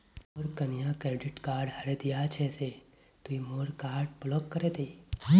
मोर कन्या credit card हरें दिया छे से तुई मोर कार्ड ब्लॉक करे दे